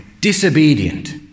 disobedient